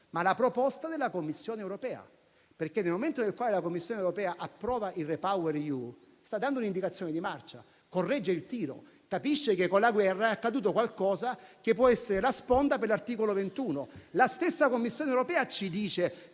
ma la proposta della Commissione europea perché, nel momento in cui la Commissione europea approva il REPowerEU, sta dando un'indicazione di marcia, corregge il tiro, capisce che con la guerra è accaduto qualcosa che può essere la sponda per l'articolo 21. La stessa Commissione europea ci dice